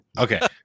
Okay